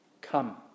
come